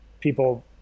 people